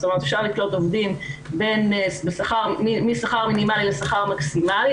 אפשר לקלוט עובדים משכר מינימלי לשכר מקסימלי,